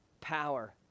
power